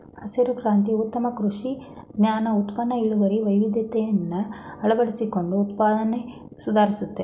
ಹಸಿರು ಕ್ರಾಂತಿ ಉತ್ತಮ ಕೃಷಿ ಜ್ಞಾನ ಉನ್ನತ ಇಳುವರಿ ವೈವಿಧ್ಯತೆನ ಅಳವಡಿಸ್ಕೊಂಡು ಉತ್ಪಾದ್ನೆ ಸುಧಾರಿಸ್ತು